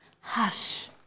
Hush